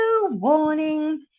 warning